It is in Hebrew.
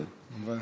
אתה מאתגר אותנו.